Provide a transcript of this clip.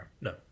No